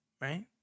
right